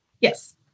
Yes